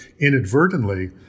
inadvertently